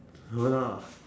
no lah